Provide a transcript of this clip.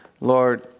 Lord